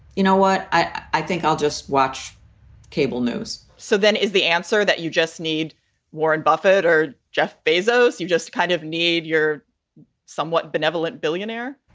you know what, i think i'll just watch cable news so then is the answer that you just need warren buffett or jeff bezos. you just kind of need your somewhat benevolent billionaire?